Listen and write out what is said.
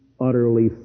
utterly